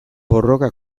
borroka